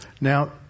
Now